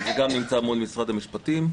זה גם נמצא מול משרד המשפטים.